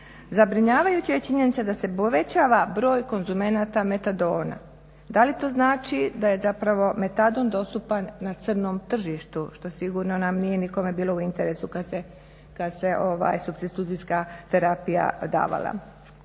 zabrinjavajuća je činjenica da se povećava broj konzumenata metadona. Da li to znači da je metadon dostupan na crnom tržištu što sigurno nam nikome nije bilo u interesu kada se supstitucijska terapija davala.